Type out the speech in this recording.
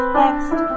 next